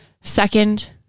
Second